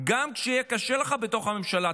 גם שיהיה לך קשה בתוך הממשלה,